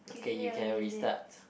okay you can restart